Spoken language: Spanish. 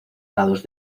lados